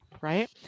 Right